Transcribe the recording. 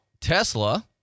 Tesla